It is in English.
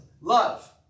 love